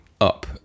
up